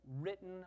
written